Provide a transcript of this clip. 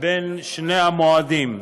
בין שני המועדים.